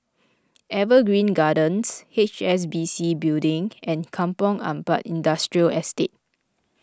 Evergreen Gardens H S B C Building and Kampong Ampat Industrial Estate